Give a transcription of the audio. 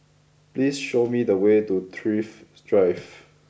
please show me the way to Thrift Drive